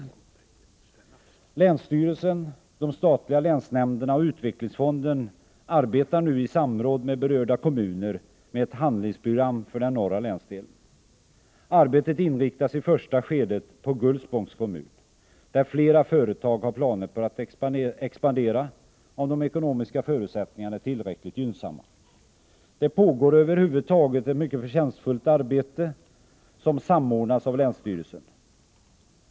Länsstyrelsen, de statliga länsnämnderna och utvecklingsfonden arbetar nu i samråd med berörda kommuner med ett handlingsprogram för den norra länsdelen. Arbetet inriktas i första skedet på Gullspångs kommun, där flera företag har planer på att expandera om de ekonomiska förutsättningarna är tillräckligt gynnsamma. Det pågår över huvud taget ett mycket förtjänstfullt arbete, som samordnas av länsstyrelsen.